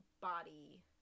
body